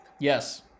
Yes